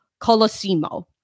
Colosimo